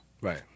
right